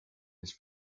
his